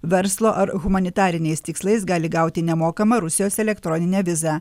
verslo ar humanitariniais tikslais gali gauti nemokamą rusijos elektroninę vizą